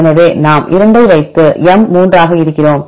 எனவே நாம் 2 ஐ வைத்து M 3 ஆக இருக்கிறோம்